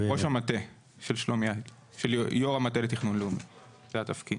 ראש המטה של יו"ר המטה לתכנון לאומי, זה התפקיד.